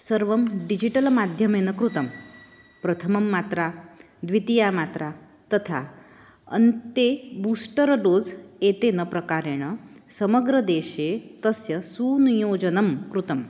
सर्वं डिजिटल् माध्यमेन कृतं प्रथमा मात्रा द्वितीया मात्रा तथा अन्ते बूस्टर् डोज़् एतेन प्रकारेण समग्रदेशे तस्य सुनियोजनं कृतं